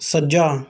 ਸੱਜਾ